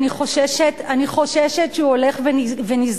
אני חוששת שהוא הולך ונסגר.